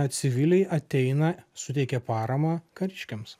civiliai ateina suteikia paramą kariškiams